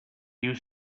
you